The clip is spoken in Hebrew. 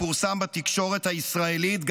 ופורסם בתקשורת הישראלית,